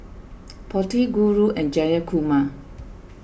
Potti Guru and Jayakumar